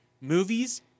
movies